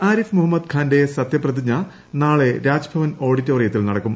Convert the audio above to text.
ആരിഫ് മുഹമ്മദ് ഖാന്റെ സത്യപ്രതിജ്ഞ നാളെ രാജ്ഭവൻ ഓഡിറ്റോറിയത്തിൽ നടക്കും